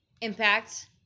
Impact